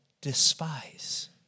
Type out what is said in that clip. despise